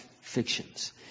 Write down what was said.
fictions